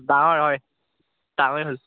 ডাঙৰ হয় কাৱৈ হ'ল